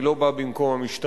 אני לא בא במקום המשטרה,